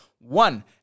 one